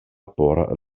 por